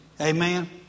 Amen